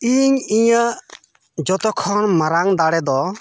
ᱤᱧ ᱤᱧᱟᱹᱜ ᱡᱚᱛᱚᱠᱷᱚᱱ ᱢᱟᱨᱟᱝ ᱫᱟᱲᱮ ᱫᱚ